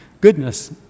Goodness